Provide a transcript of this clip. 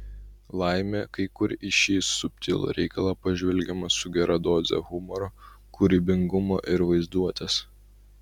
laimė kai kur ir į šį subtilų reikalą pažvelgiama su gera doze humoro kūrybingumo ir vaizduotės